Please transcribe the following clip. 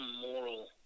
moral